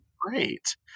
great